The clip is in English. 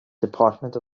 department